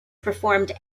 performed